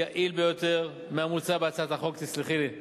יעיל יותר מהמוצע בהצעת החוק, תסלחי לי,